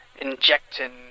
injecting